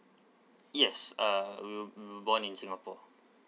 yes uh w~ we were born in singapore